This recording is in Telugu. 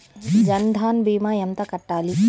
జన్ధన్ భీమా ఎంత కట్టాలి?